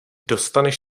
dostaneš